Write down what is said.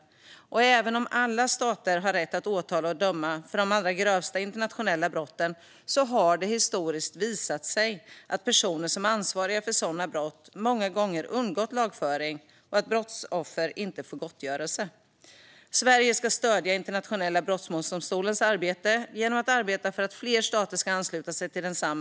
Även om alla stater har rätt att åtala och döma för de allra grövsta internationella brotten har det historiskt visat sig att personer som är ansvariga för sådana brott många gånger har undgått lagföring och att brottsoffer inte har fått gottgörelse. Sverige ska stödja Internationella brottmålsdomstolens arbete genom att arbeta för att fler stater ska ansluta sig till densamma.